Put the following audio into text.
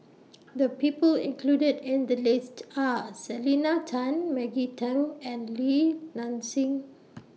The People included in The list Are Selena Tan Maggie Teng and Li Nanxing